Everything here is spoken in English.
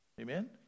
Amen